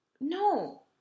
no